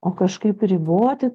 o kažkaip riboti